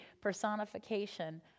personification